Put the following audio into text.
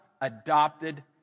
adopted